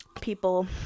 people